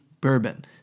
bourbon